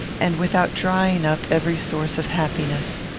and without drying up every source of happiness.